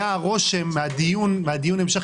היה רושם מהדיון המשך,